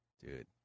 Dude